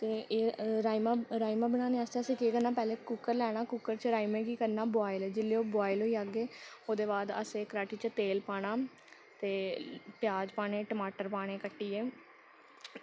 ते राजमांह् बनाने आस्तै असें केह् करना पैह्लै कुकर लैना कुकर च राजमाहें गी करना बोआएल जिसलै ओह् बोआएल होई जाह्ङन ओह्दे बाद असें कड़ाह्टी च तेल पाना ते प्याज पाने टमाटर पाने कट्टियै